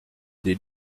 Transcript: des